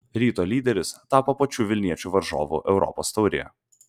ryto lyderis tapo pačių vilniečių varžovu europos taurėje